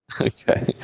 Okay